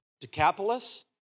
decapolis